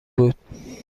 بود